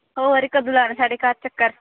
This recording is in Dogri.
होर कदूं लाना साढ़े घर चक्कर